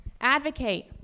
Advocate